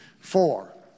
Four